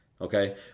Okay